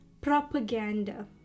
Propaganda